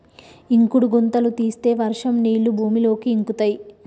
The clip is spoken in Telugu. ఇంకుడు గుంతలు తీస్తే వర్షం నీళ్లు భూమిలోకి ఇంకుతయ్